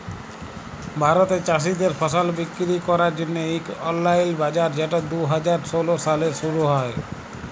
ভারতে চাষীদের ফসল বিক্কিরি ক্যরার জ্যনহে ইক অললাইল বাজার যেট দু হাজার ষোল সালে শুরু হ্যয়